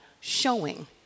showing